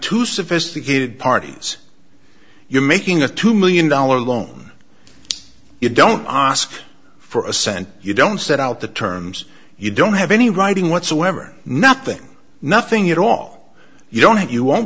to sophisticated parties you're making a two million dollars loan you don't ask for a cent you don't set out the terms you don't have any writing whatsoever nothing nothing at all you don't have you o